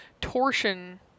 Torsion